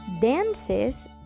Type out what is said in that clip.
dances